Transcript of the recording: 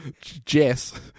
Jess